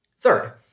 Third